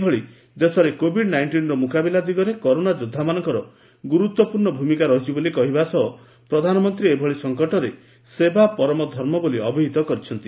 ସେହିଭଳି ଦେଶରେ କୋଭିଡ୍ ନାଇକ୍କିନ୍ର ମୁକାବିଲା ଦିଗରେ କରୋନା ଯୋଦ୍ଧାଙ୍କ ଗୁରୁତ୍ପୂର୍ଷ ଭୂମିକା ରହିଛି ବୋଲି କହିବା ସହ ପ୍ରଧାନମନ୍ତୀ ଏଭଳି ସଂକଟ ସମୟରେ ସେବା ପରମ ଧର୍ମ ବୋଲି ଅଭିହିତ କରିଛନ୍ତି